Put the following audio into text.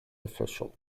official